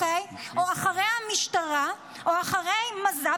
אחרי המשטרה או אחרי מז"פ?